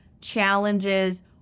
challenges